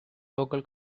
local